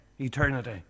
eternity